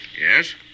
Yes